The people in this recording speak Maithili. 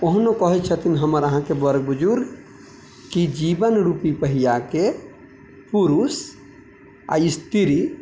ओहनो कहय छथिन हमर अहाँके बड़ बुजुर्ग की जीवन रूपी पहियाके पुरुष आओर स्त्री